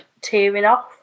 tearing-off